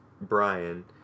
Brian